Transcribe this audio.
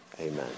amen